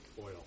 oil